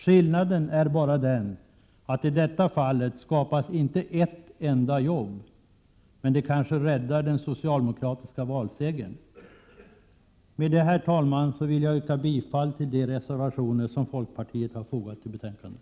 Skillnaden är bara den att det i detta fall inte skapas ett enda jobb, men det kanske räddar den socialdemokratiska valsegern. Med detta, herr talman, vill jag yrka bifall till de reservationer som folkpartiet har fogat till betänkandet.